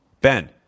Ben